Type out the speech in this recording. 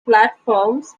platforms